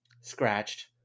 scratched